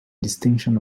distinction